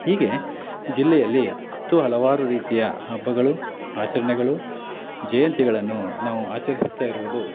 ಹೀಗೆ ಜಿಲ್ಲೆಯಲ್ಲಿ ಹತ್ತು ಹಲವಾರು ರೀತಿಯ ಹಬ್ಬಗಳು ಆಚರಣೆಗಳು ಜಯಂತಿಗಳನ್ನು ನಾವು ಆಚರಿಸುತ್ತಾ ಇರುವುದು